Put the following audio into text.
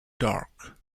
dark